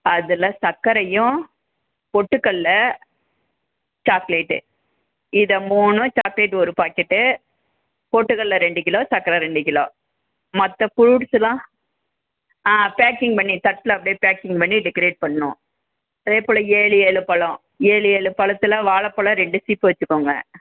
அதில் சர்க்கரையும் பொட்டுக்கடல சாக்லேட்டு இத மூணும் சாக்லேட்டு ஒரு பாக்கெட்டு பொட்டுக்கடல ரெண்டு கிலோ சர்க்கர ரெண்டு கிலோ மற்ற ஃப்ரூட்ஸெலாம் ஆ பேக்கிங் பண்ணி தட்டில் அப்படியே பேக்கிங் பண்ணி டெக்கரேட் பண்ணணும் அதேபோல் ஏழு ஏழு பழம் ஏழு ஏழு பழத்துல வாழைப் பழம் ரெண்டு சீப்பு வெச்சுக்கோங்க